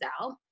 out